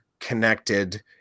connected